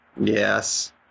Yes